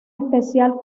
especial